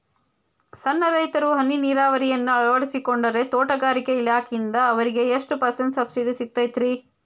ಸಣ್ಣ ರೈತರು ಹನಿ ನೇರಾವರಿಯನ್ನ ಅಳವಡಿಸಿಕೊಂಡರೆ ತೋಟಗಾರಿಕೆ ಇಲಾಖೆಯಿಂದ ಅವರಿಗೆ ಎಷ್ಟು ಪರ್ಸೆಂಟ್ ಸಬ್ಸಿಡಿ ಸಿಗುತ್ತೈತರೇ?